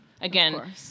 again